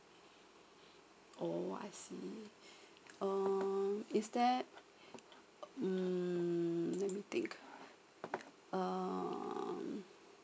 oh I see um is there mm let me think um